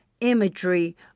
imagery